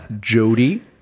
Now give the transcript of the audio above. Jody